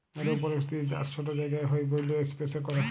এরওপলিক্স দিঁয়ে চাষ ছট জায়গায় হ্যয় ব্যইলে ইস্পেসে ক্যরে